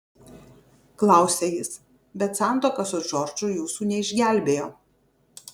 klausia jis bet santuoka su džordžu jūsų neišgelbėjo